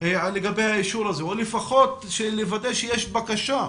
לגבי האישור הזה או לפחות לוודא שיש בקשה.